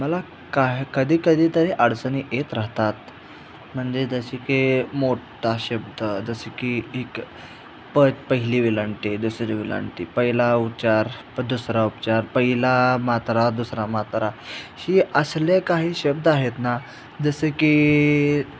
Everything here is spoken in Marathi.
मला काय कधी कधी तरी अडचणी येत राहतात म्हणजे जसे की मोठ्ठा शब्द जसे की एक प पहिली वेलांटी दुसरी वेलांटी पहिला उच्चार प दुसरा उच्चार पहिली मात्रा दुसरी मात्रा ही असले काही शब्द आहेत ना जसे की